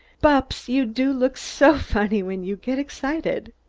bupps, you do look so funny when you get excited.